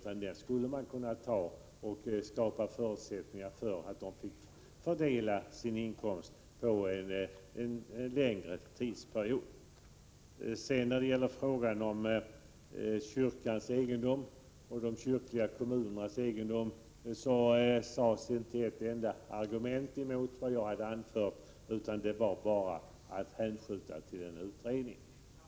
Man skulle kunna skapa möjligheter för dem att fördela sin inkomst över en längre tidsperiod. När det sedan gäller frågan om kyrkans och de kyrkliga kommunernas egendom anfördes inte ett enda argument mot det som jag har anfört, utan man ville bara hänskjuta den till en utredning.